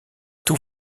tout